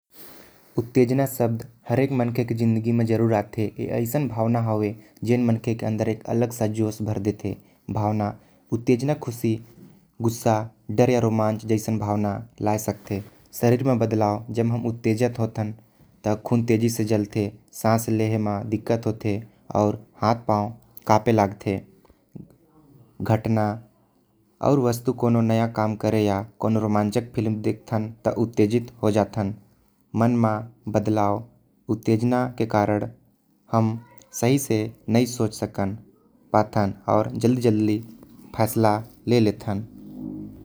उत्तेजना शब्द सबकर जिंदगी म आथे। जो सबकर अंदर अलग सा जोश भर देथे। शरीर म बदलाव आथे। खून तेजी से बहे लागथे। मन म उत्तेजना के कारण बदलाव आथे। अउ हमन सही से नही सोच पाथी।